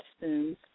spoons